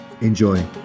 Enjoy